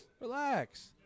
Relax